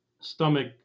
stomach